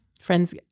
Friends